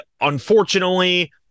unfortunately